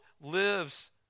lives